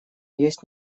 есть